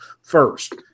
first